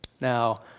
Now